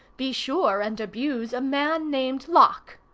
be sure and abuse a man named locke.